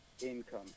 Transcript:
income